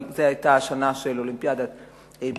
אבל זאת היתה השנה של אולימפיאדת בייג'ין,